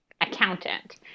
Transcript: accountant